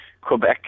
Quebec